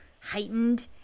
heightened